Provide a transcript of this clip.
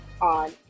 on